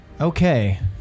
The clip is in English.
Okay